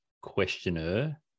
questioner